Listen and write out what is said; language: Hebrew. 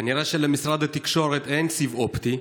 כנראה למשרד התקשורת אין סיב אופטי,